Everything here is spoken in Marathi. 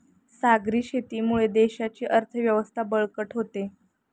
सागरी शेतीमुळे देशाची अर्थव्यवस्था बळकट होते